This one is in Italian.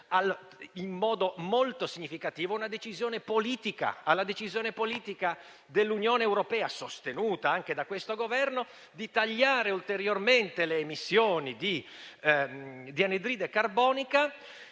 in modo molto significativo alla decisione politica dell'Unione europea, sostenuta anche da questo Governo, di tagliare ulteriormente le emissioni di anidride carbonica,